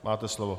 Máte slovo.